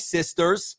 Sisters